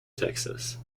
texas